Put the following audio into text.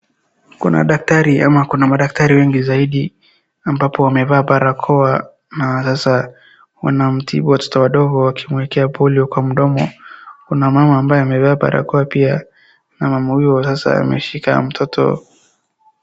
Kuna daktari ama kuna madaktari wengi zaidi ambapo wamevaa barakoa na sasa wanamtibu watoto wadogo wakimwekea polio kwa mdomo. Kuna mama ambaye amevaa barakoa pia na mama huyo ameshika mtoto